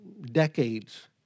decades